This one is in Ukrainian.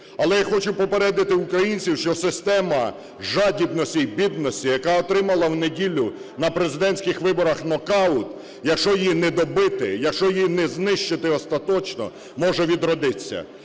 Але я хочу попередити українців, що система жадібності і бідності, яка отримала в неділю на президентських виборах нокаут, якщо її не добити, якщо її не знищити остаточно, може відродитися.